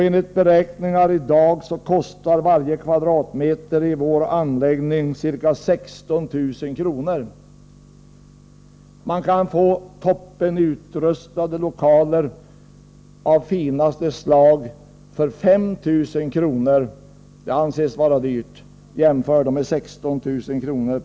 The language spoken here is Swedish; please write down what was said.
Enligt beräkningar kostar i dag varje kvadratmeter i vår anläggning ca 16 000 kr. Man kan få topputrustade lokaler av finaste slag för 5 000 kr., vilket anses vara dyrt — jämför då med 16 000 kr.